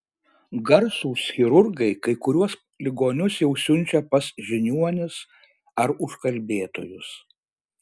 garsūs chirurgai kai kuriuos ligonius jau siunčia pas žiniuonis ar užkalbėtojus